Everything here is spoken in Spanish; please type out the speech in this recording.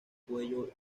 cuello